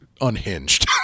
unhinged